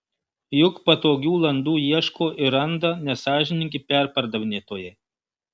juk patogių landų ieško ir randa nesąžiningi perpardavinėtojai